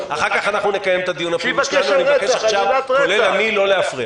נא לא להפריע.